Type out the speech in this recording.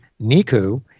Niku